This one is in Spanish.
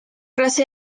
clase